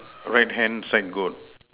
right hand side goat